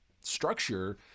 structure